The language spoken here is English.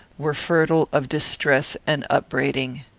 were fertile of distress and upbraiding.